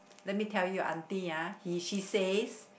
let me tell you aunty ah he she says